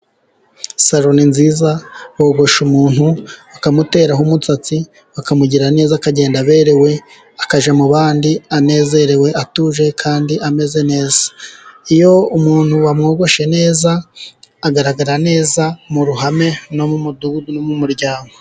salo ni nziza yogosha umuntu bakamuteraho umusatsi, bakamugira neza ,akagenda aberewe akajya mu bandi anezerewe ,atuje kandi ameze neza .Iyo umuntu bamwogoshe neza ,agaragara neza mu ruhame, no mu mudugudu no mu muryango.